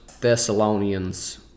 Thessalonians